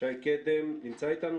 נמצא איתנו?